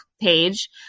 page